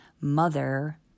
mother